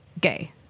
gay